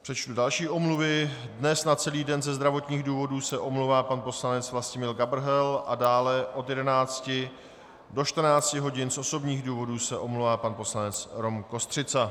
Přečtu další omluvy dnes na celý den ze zdravotních důvodů se omlouvá pan poslanec Vlastimil Gabrhel a dále od 11 do 14 hodin z osobních důvodů se omlouvá pan poslanec Rom Kostřica.